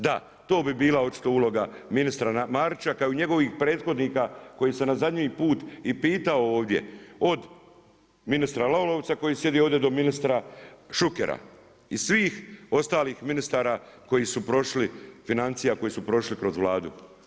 Da, to bi bila očito uloga ministra Marića kao njegovih prethodnika koji sam i zadnji put i pitao ovdje, od ministra Lalovca, koji sjedi ovdje do ministra Šukera i svih ostalih ministara koji su prošli financija, koji su prošli kroz Vladu.